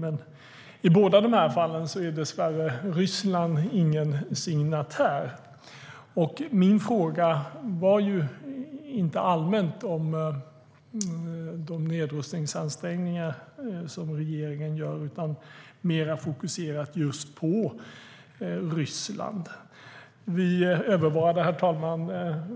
Men Ryssland är dessvärre inte en signatär i något av dessa fall. Vi övervarade